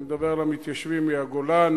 אני מדבר על המתיישבים מהגולן,